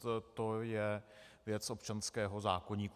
To je věc občanského zákoníku.